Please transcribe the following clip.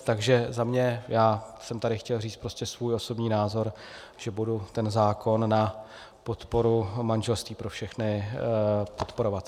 Takže za mě, já jsem tady chtěl říct svůj osobní názor, že budu ten zákon na podporu manželství pro všechny podporovat.